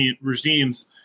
regimes